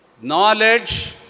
knowledge